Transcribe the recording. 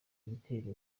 ibitero